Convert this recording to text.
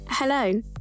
Hello